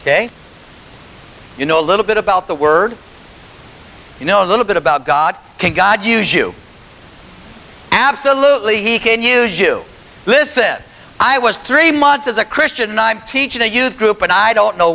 ok you know a little bit about the word you know a little bit about god can god use you absolutely he can use you this if i was three months as a christian i'm teaching a youth group and i don't know